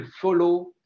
follow